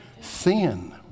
sin